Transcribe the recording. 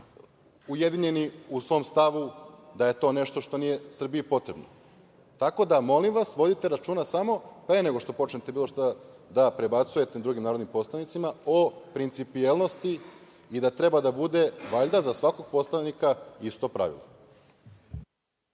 ujedinjeni u svom stavu da je to nešto što nije Srbiji potrebno. Tako da, molim vas, vodite računa samo pre nego što počnete bilo šta da prebacujete drugim narodnim poslanicima o principijelnosti i da treba da bude valjda za svakog poslanika isto pravilo.